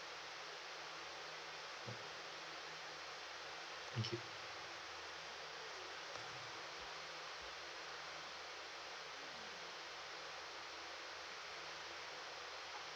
thank you